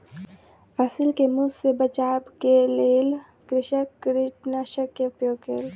फसिल के मूस सॅ बचाबअ के लेल कृषक कृंतकनाशक के उपयोग केलक